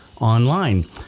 online